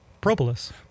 propolis